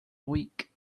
week